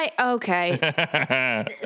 Okay